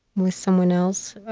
with someone else,